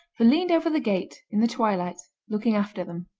who leaned over the gate, in the twilight, looking after them.